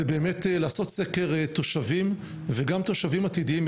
זה באמת לעשות סקר תושבים וגם תושבים עתידיים,